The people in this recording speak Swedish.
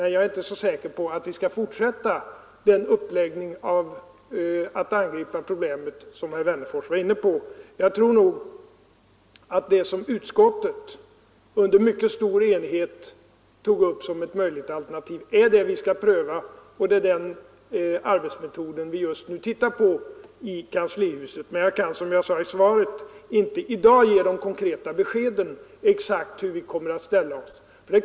Jag är inte så säker på att vi skall fortsätta att angripa problemet på det här sättet, herr Wennerfors. Jag tror att det som utskottet under mycket stor enighet tog upp som ett möjligt alternativ är det vi skall pröva, och det är den arbetsmetoden vi just nu tittar på i kanslihuset. Man jag kan, som jag sade i svaret, inte i dag ge de exakta, konkreta beskeden om hur vi kommer att ställa oss.